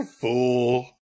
fool